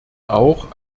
auch